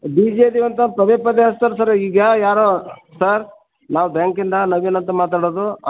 busy ಅದೇವೆ ಅಂತ ಪದೆ ಪದೆ ಹಚ್ತರ್ ಸರ್ ಈಗ ಯಾರೋ ಸರ್ ನಾವು ಬ್ಯಾಂಕಿಂದ ನವೀನ್ ಅಂತ ಮಾತಾಡೋದು